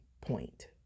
point